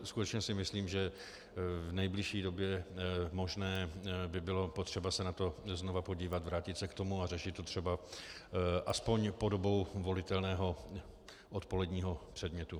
Skutečně si myslím, že v nejbližší možné době by bylo potřeba se na to znovu podívat, vrátit se k tomu a řešit to třeba aspoň podobou volitelného odpoledního předmětu.